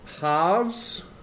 halves